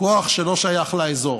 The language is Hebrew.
כוח שלא שייך לאזור,